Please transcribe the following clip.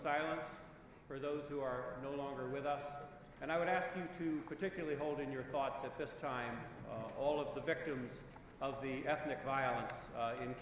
silence for those who are no longer with us and i would ask you to particularly hold in your thoughts at this time all of the victims of the ethnic violence